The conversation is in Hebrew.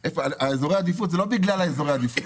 איזורי העדיפות זה לא בגלל איזורי העדיפות.